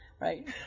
Right